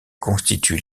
constituent